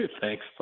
Thanks